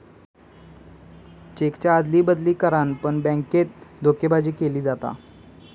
चेकच्या अदली बदली करान पण बॅन्केत धोकेबाजी केली जाता